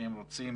שהם רוצים